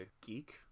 Geek